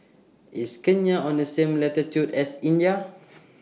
IS Kenya on The same latitude as India